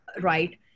right